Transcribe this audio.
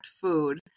food